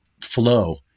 flow